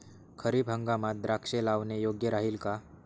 खरीप हंगामात द्राक्षे लावणे योग्य राहिल का?